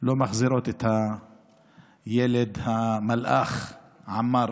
לא מחזירות את הילד המלאך עמאר.